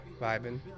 vibing